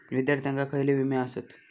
विद्यार्थ्यांका खयले विमे आसत?